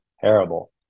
terrible